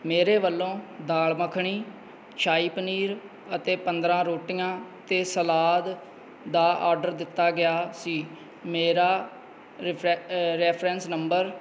ਮੇਰੇ ਵੱਲੋਂ ਦਾਲ ਮੱਖਣੀ ਸ਼ਾਹੀ ਪਨੀਰ ਅਤੇ ਪੰਦਰਾਂ ਰੋਟੀਆਂ ਅਤੇ ਸਲਾਦ ਦਾ ਆਰਡਰ ਦਿੱਤਾ ਗਿਆ ਸੀ ਮੇਰਾ ਰਿਫ ਰੈਫਰੈਂਸ ਨੰਬਰ